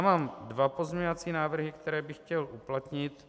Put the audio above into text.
Mám dvě pozměňovací návrhy, které bych chtěl uplatnit.